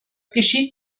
geschieht